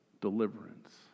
deliverance